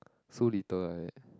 so little like that